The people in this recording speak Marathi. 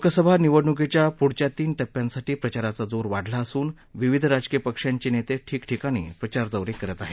लोकसभा निवडणुकीच्या पुढच्या तीन टप्प्यांसाठी प्रचाराचा जोर वाढला असून विविध राजकीय पक्षांचे नेते ठिकठिकाणी प्रचारदौरे करत आहेत